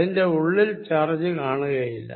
അതിന്റെ ഉള്ളിൽ ചാർജ് കാണുകയില്ല